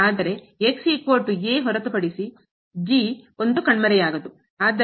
ಆದರೆ ಹೊರತುಪಡಿಸಿ g ಒಂದು ಕಣ್ಮರೆಯಾಗದು